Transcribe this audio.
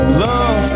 love